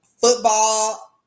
football